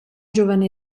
giovane